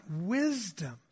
wisdom